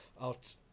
out